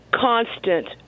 constant